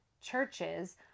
churches